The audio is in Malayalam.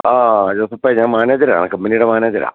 ആ ജോസഫേ ഞാന് മാനേജരാണ് കമ്പിനിയുടെ മാനേജരാണ്